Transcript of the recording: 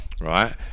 right